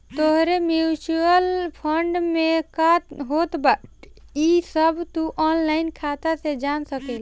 तोहरे mutual fund में का होत बाटे इ सब तू ऑनलाइन खाता से जान सकेला